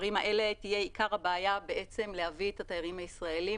לערים האלה תהיה את עיקר הבעיה להביא את התיירים הישראלים.